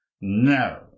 No